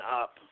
up